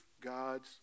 God's